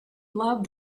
loved